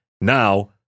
Now